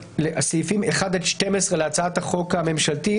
בסעיפים 1 עד 12 להצעת החוק הממשלתית,